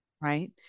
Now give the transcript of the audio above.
right